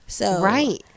Right